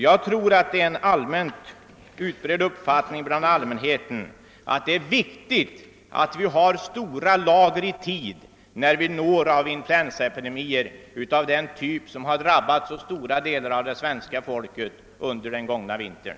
Jag tror att det är en utbredd uppfattning bland allmänheten, att det är viktigt att vi i tid har lagt upp stora lager när vi nås av influensaepidemier av den typ, som har drabbat så stora delar av det svenska folket under den gångna vintern.